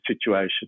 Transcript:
situation